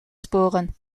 sporen